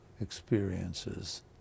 experiences